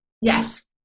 Yes